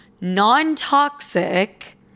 non-toxic